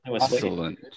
Excellent